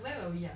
where were we are